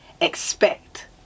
expect